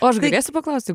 o aš galėsiu paklausti